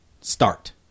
start